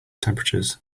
temperatures